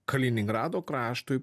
kaliningrado kraštui